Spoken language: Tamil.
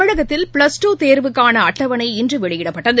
தமிழகத்தில் பிளஸ் டூ தேர்வுக்கானஅட்டவணை இன்றுவெளியிடப்பட்டுள்ளது